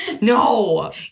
No